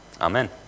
amen